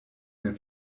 their